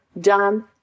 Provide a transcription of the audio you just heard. done